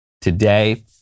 today